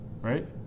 Right